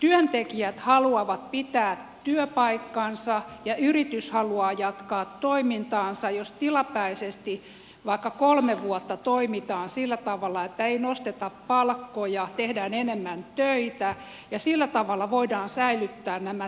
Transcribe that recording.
työntekijät haluavat pitää työpaikkansa ja yritys haluaa jatkaa toimintaansa jos tilapäisesti vaikka kolme vuotta toimitaan sillä tavalla että ei nosteta palkkoja tehdään enemmän töitä ja sillä tavalla voidaan säilyttää nämä työpaikat